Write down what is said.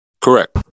Correct